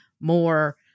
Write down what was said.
more